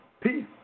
Peace